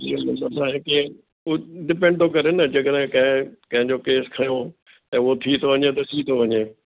serial number नाहे कि उहो डिपेंड थो करे न जे करे कंहिं कंहिंजो केस खंयो त उहो थी थो वञे त थी थो वञे